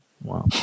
Wow